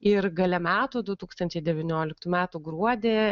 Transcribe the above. ir gale metų du tūkstančiai devynioliktų metų gruodį